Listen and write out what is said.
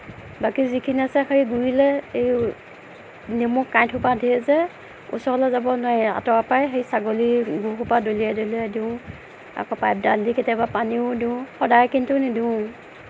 বাকী যিখিনি আছে সেই গুৰিলে এই নেমু কাইটসোপা ধেৰ যে ওচৰলে যাব নোৱাৰি আৰু আঁতৰৰ পৰাই সেই ছাগলীৰ গুসোপা দলিয়াই দলিয়াই দিও আকৌ পাইপডাল দি কেতিয়াবা পানীও দিও সদায় কিন্তু নিদোঁ